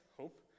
hope